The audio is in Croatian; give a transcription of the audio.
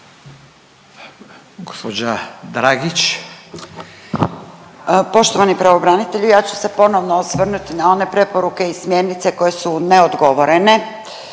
Irena (SDP)** Poštovani pravobranitelju ja ću se ponovo osvrnut na one preporuke i smjernice koje su neodgovorene.